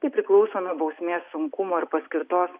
tai priklauso nuo bausmės sunkumo ar paskirtos